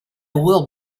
will